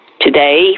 today